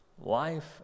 life